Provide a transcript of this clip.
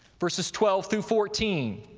verses twelve through fourteen.